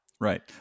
Right